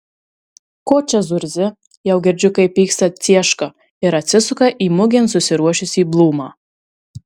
ko čia zurzi jau girdžiu kaip pyksta cieška ir atsisuka į mugėn susiruošusį blūmą